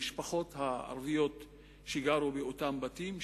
המשפחות הערביות שגרו באותם בתים.